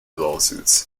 lawsuits